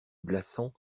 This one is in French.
blassans